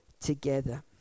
together